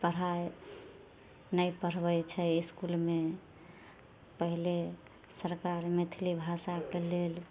पढ़ाइ नहि पढ़बै छै इसकुलमे पहिले सरकार मैथिली भाषाके लेल